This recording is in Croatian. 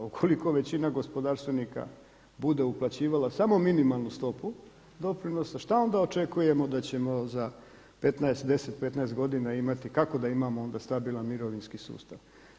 Ukoliko većina gospodarstvenika bude uplaćivala samo minimalnu stopu doprinosa, što onda očekujemo da ćemo za 15, 10, 15 godina imati kako da imamo onda stabilan mirovinski sustav?